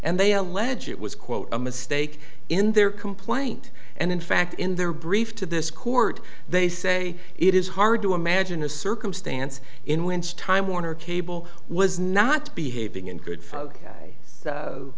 and they allege it was quote a mistake in their complaint and in fact in their brief to this court they say it is hard to imagine a circumstance in which time warner cable was not behaving in good